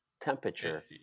temperature